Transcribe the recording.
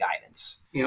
guidance